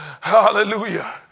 Hallelujah